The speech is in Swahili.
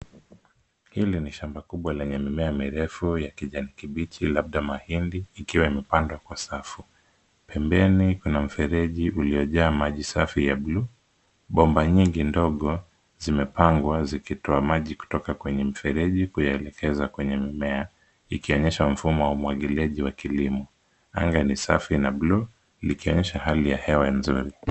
Hili ni shamba kubwa lenye mimea mirefu ya kijani kibichi labda mahindi, ikiwa imepandwa kwa safu. Pembeni kuna mfereji uliojaa maji safi ya bluu. Bomba nyingi ndogo zimepangwa zikitoa maji kutoka kwenye mfereji kuyaelekeza kwenye mimea, ikionyesha mfumo wa umwagiliaji wa kilimo. Anga ni safi na bluu likionyesha hali ya hewa nzuri.